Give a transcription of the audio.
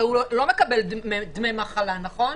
הרי הוא לא מקבל דמי מחלה, נכון?